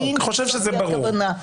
אני חושב שזה ברור.